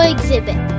Exhibit